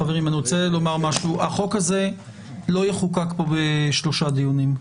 חברים, החוק הזה לא יחוקק פה בשלושה דיונים.